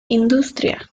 industria